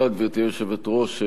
גברתי היושבת-ראש,